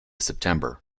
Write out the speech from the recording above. september